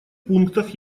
пунктах